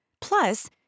Plus